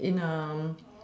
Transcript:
in a